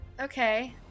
okay